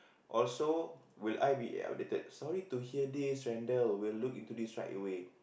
also will I be updated sorry to hear this Randall we'll look into this right away